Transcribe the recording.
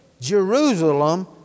Jerusalem